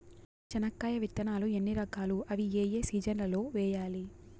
చెనక్కాయ విత్తనాలు ఎన్ని రకాలు? అవి ఏ ఏ సీజన్లలో వేయాలి?